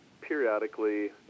periodically